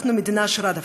אנחנו דווקא מדינה עשירה.